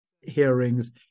hearings